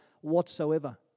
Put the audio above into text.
whatsoever